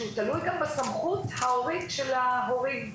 שתלויה גם בסמכות ההורית של ההורים.